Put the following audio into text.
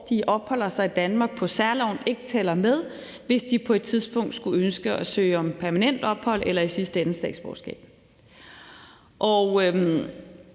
de opholder sig i Danmark på særloven, ikke tæller med, hvis de på et tidspunkt skulle ønske at søge om permanent ophold eller i sidste ende statsborgerskab.